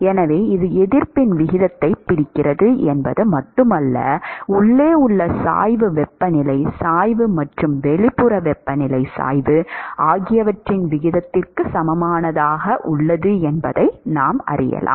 எனவே இது எதிர்ப்பின் விகிதத்தைப் பிடிக்கிறது என்பது மட்டுமல்ல உள்ளே உள்ள சாய்வு வெப்பநிலை சாய்வு மற்றும் வெளிப்புற வெப்பநிலை சாய்வு ஆகியவற்றின் விகிதத்திற்கு சமமானதாகும்